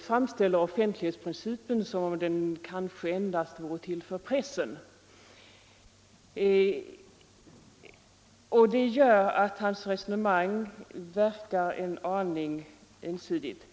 framställer offentlighetsprincipen som om den kanske endast vore till för pressen. Det gör att hans resonemang verkar en aning ensidigt.